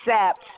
accept